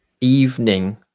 evening